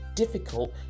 difficult